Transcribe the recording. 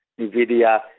NVIDIA